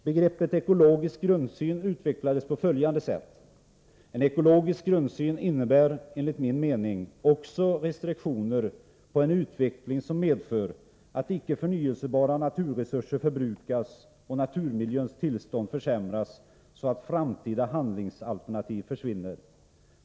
Begreppet ekologisk grundsyn utvecklades på följande sätt: En ekologisk grundsyn innebär enligt min mening också restriktioner på en utveckling som medför att icke förnyelsebara naturresurser förbrukas och naturmiljöns tillstånd försämras, så att framtida handlingsalternativ försvin ner.